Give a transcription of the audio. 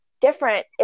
different